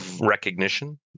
recognition